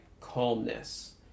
calmness